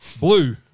Blue